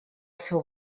seu